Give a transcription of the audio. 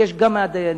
לבקש גם מהדיינים,